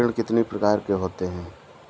ऋण कितनी प्रकार के होते हैं?